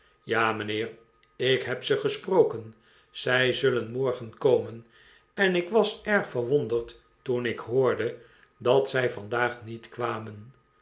ja mijnheer ik heb hen gesproken zij zulien morgen komen en ik was erg verwonderd toen ik hoorde dat zij yandaag niet kwamen